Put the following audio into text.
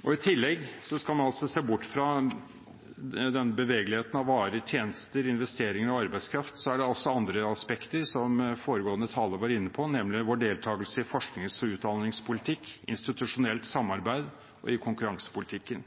I tillegg skal man altså se bort fra denne bevegeligheten av varer, tjenester, investeringer og arbeidskraft. Så er det også andre aspekter, som foregående taler var inne på, nemlig vår deltakelse i forsknings- og utdanningspolitikk, institusjonelt samarbeid og i konkurransepolitikken.